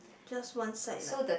just one side lah